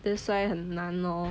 that's why 很难 lor